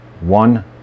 one